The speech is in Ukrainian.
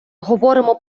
говоримо